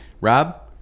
Rob